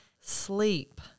Sleep